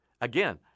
Again